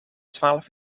twaalf